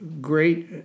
Great